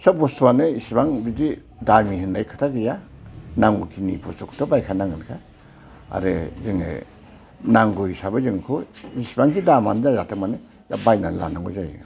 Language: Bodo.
सोब बुसथुआनो एसेबां दामि होननाय खोथा गैया नांगौ खिनि बुसथुखौ बायखानांगोनखा आरो जोङो नांगौ हिसाबै जों बेखौ जिसिबांखि दामानो जायाथों मानो दा बायनानै लानांगौ जायो